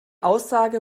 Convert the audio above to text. aussage